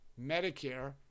Medicare